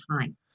time